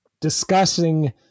discussing